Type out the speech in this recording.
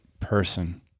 Person